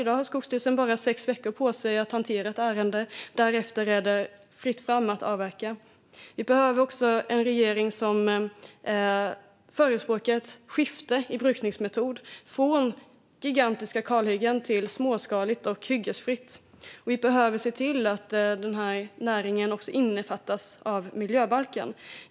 I dag har Skogsstyrelsen bara sex veckor på sig att hantera ett ärende; därefter är det fritt fram att avverka. Vi behöver en regering som förespråkar ett skifte i brukningsmetod från gigantiska kalhyggen till småskaligt och hyggesfritt. Vi behöver också se till att denna näring omfattas av miljöbalken.